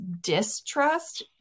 distrust